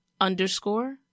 underscore